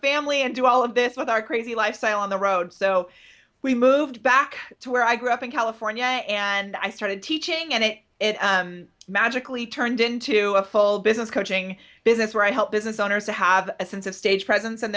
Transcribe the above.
family and do all of this with our crazy lifestyle on the road so we moved back where i grew up in california and i started teaching and it magically turned into a full business coaching business where i help business owners to have a sense of stage presence in